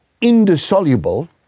indissoluble